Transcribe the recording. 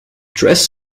dress